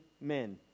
men